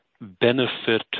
benefit